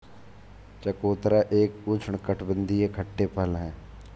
चकोतरा एक उष्णकटिबंधीय खट्टे फल है